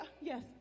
yes